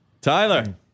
Tyler